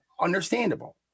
Understandable